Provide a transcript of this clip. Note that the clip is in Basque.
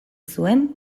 zuen